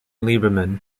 lieberman